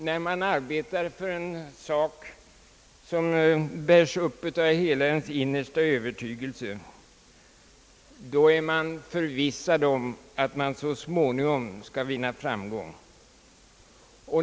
När man arbetar för en sak som bärs upp av hela ens innersta övertygelse är man förvissad om att man så småningom skall vinna framgång.